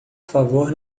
favor